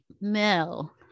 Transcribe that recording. mel